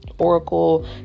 oracle